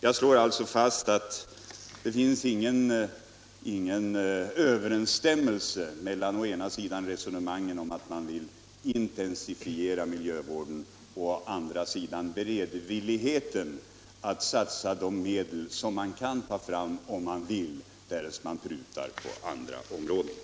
Jag slår alltså fast att det inte finns någon överensstämmelse mellan å ena sidan talet om att intensifiera miljövården och å andra sidan beredvilligheten att satsa de medel som krävs och som man kan ta fram om man vill, om man prutar på andra områden.